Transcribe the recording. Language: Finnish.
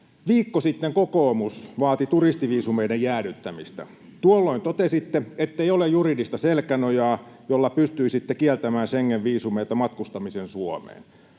viikko sitten kokoomus vaati turistiviisumien jäädyttämistä. Tuolloin totesitte, ettei ole juridista selkänojaa, jolla pystyisitte kieltämään Schengen-viisumeilla matkustamisen Suomeen.